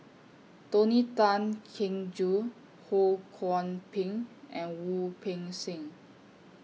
Tony Tan Keng Joo Ho Kwon Ping and Wu Peng Seng